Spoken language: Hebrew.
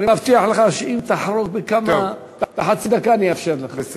אני מבטיח לך שאם תחרוג בחצי דקה, אני אאפשר לך.